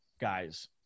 guys